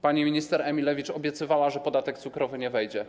Pani minister Emilewicz obiecywała, że podatek cukrowy nie wejdzie.